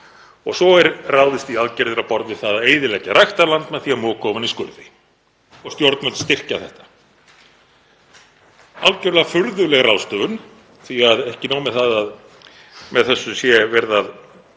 Svo er ráðist í aðgerðir á borð við að eyðileggja ræktarland með því að moka ofan í skurði og stjórnvöld styrkja þetta. Algjörlega furðuleg ráðstöfun, því ekki nóg með að með þessu sé líklega